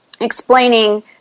explaining